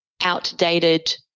outdated